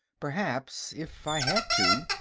perhaps if i had to,